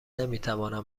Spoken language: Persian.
نمیتوانند